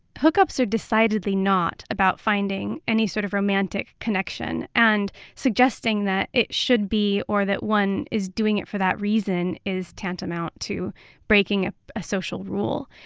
hookups are decidedly not about finding any sort of romantic connection and suggesting that it should be or that one is doing it for that reason is tantamount to breaking a ah social rule.